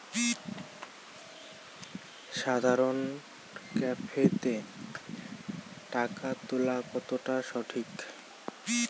সাধারণ ক্যাফেতে টাকা তুলা কতটা সঠিক?